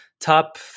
top